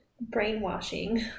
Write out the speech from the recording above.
brainwashing